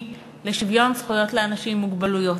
לשוויון זכויות לאנשים עם מוגבלויות.